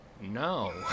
no